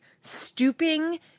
stooping